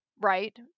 right